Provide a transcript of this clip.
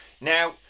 Now